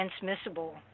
transmissible